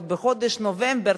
עוד בחודש נובמבר,